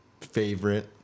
favorite